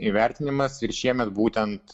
įvertinimas ir šiemet būtent